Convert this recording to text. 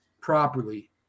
properly